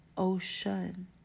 Ocean